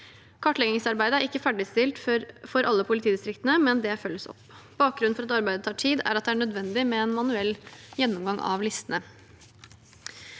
Kartleggingsarbeidet er ikke ferdigstilt for alle politidistriktene, men det følges opp. Bakgrunnen for at arbeidet tar tid, er at det er nødvendig med en manuell gjennomgang av listene.